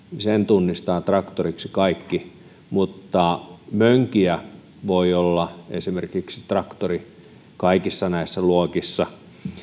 tunnistavat traktoriksi kaikki mutta esimerkiksi mönkijä voi olla traktori kaikissa näissä luokissa